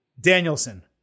Danielson